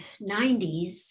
90s